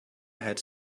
had